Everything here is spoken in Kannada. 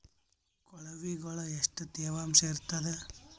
ಕೊಳವಿಗೊಳ ಎಷ್ಟು ತೇವಾಂಶ ಇರ್ತಾದ?